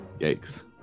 Yikes